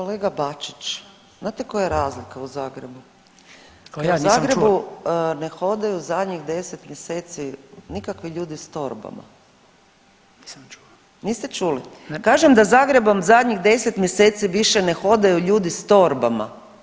Kolega Bačić znate koja je razlika u Zagrebu … [[Upadica se ne razumije.]] u Zagrebu ne hodaju zadnjih 10 mjeseci nikakvi ljudi s torbama [[Upadica: Nisam čuo.]] Niste čuli? [[Upadica: Ne.]] Kažem da Zagrebom zadnjih 10 mjeseci više ne hodaju ljudi s torbama.